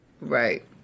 right